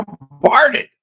bombarded